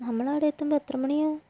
നമ്മൾ അവിടെ എത്തുമ്പോൾ എത്ര മണിയാവും